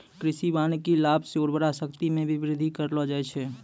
कृषि वानिकी लाभ से उर्वरा शक्ति मे भी बृद्धि करलो जाय छै